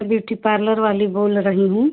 मैं beauty parlour वाली बोल रही हूँ